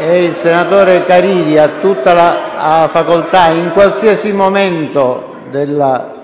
Il senatore Caridi ha facoltà, in qualsiasi momento della